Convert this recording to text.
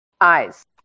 eyes